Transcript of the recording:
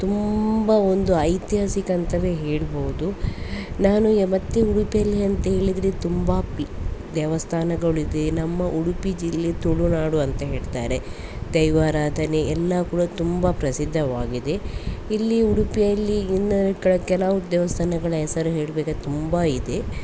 ತುಂಬ ಒಂದು ಐತಿಹಾಸಿಕ ಅಂತಲೇ ಹೇಳ್ಬೋದು ನಾನು ಎ ಮತ್ತು ಉಡುಪಿಯಲ್ಲಿ ಅಂತ ಹೇಳಿದರೆ ತುಂಬ ಪಿ ದೇವಸ್ಥಾನಗಳು ಇದೆ ನಮ್ಮ ಉಡುಪಿ ಜಿಲ್ಲೆ ತುಳುನಾಡು ಅಂತ ಹೇಳ್ತಾರೆ ದೈವಾರಾಧನೆ ಎಲ್ಲ ಕೂಡ ತುಂಬ ಪ್ರಸಿದ್ದವಾಗಿದೆ ಇಲ್ಲಿ ಉಡುಪಿಯಲ್ಲಿ ಇನ್ನು ಕೆಲವು ದೇವಸ್ಥಾನಗಳ ಹೆಸರು ಹೇಳ್ಬೇಕಾದ್ರೆ ತುಂಬ ಇದೆ